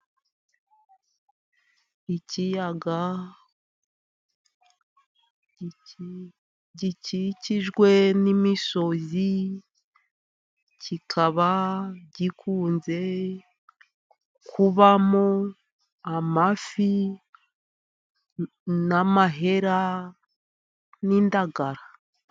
Ikiyaga gikikijwe n'imisozi, kikaba gikunze kubamo amafi, n'amahera n'indagara.